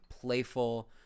playful